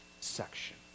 section